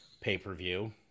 pay-per-view